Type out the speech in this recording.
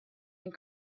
and